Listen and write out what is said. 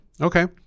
Okay